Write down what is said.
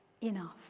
enough